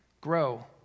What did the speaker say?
Grow